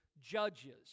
judges